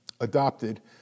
adopted